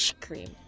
cream